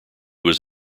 was